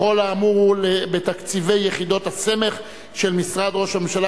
בכל האמור בתקציבי יחידות הסמך של משרד ראש הממשלה